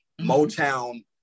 Motown